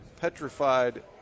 petrified